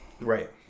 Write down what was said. Right